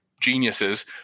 geniuses